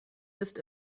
ist